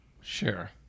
Sure